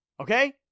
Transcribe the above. Okay